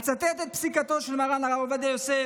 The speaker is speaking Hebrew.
אצטט את פסיקתו של מרן הרב עובדיה יוסף